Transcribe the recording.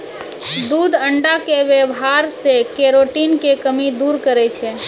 दूध अण्डा के वेवहार से केरोटिन के कमी दूर करै छै